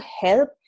help